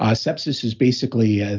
ah sepsis is basically, ah